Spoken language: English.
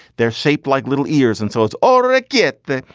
they're shaped like little ears and so it's alright. get that.